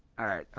alright,